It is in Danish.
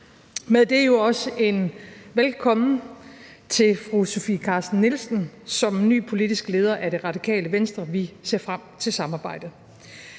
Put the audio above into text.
med det er der jo også et velkommen til fru Sofie Carsten Nielsen som ny politisk leder af Det Radikale Venstre. Vi ser frem til samarbejdet.